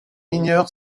ignore